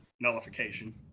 nullification